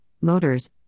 motors